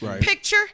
Picture